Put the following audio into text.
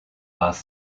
was